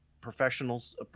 professionals